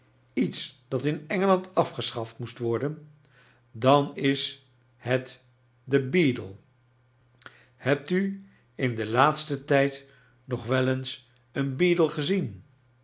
iets dat in engeland afgeschaft moest worden dan is het de beadle hebt u in den laatsten tijd nog wel eens een beadle gezien